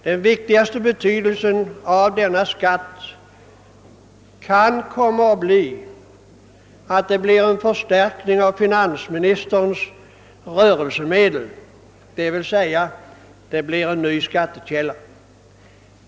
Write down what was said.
Den viktigaste betydelsen av denna skatt kan komma att bli en förstärkning av finansministerns rörelsemedel, d.v.s. en ny skattekälla.